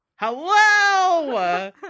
Hello